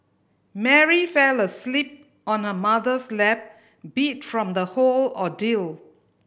Mary fell asleep on her mother's lap beat from the whole ordeal